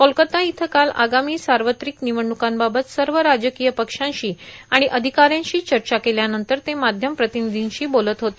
कोलकाता इथं काल आगामी सावत्रिक र्णनवडण्कांबाबत सव राजकोय पक्षांशी आण अर्धिकाऱ्यांशी चचा केल्यानंतर ते माध्यम प्रार्तानधींशी बोलत होते